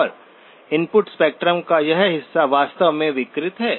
और input spectrum का यह हिस्सा वास्तव में विकृत है